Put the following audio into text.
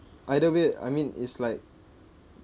either way I mean it's like